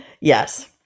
yes